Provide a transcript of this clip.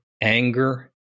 anger